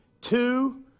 Two